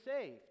saved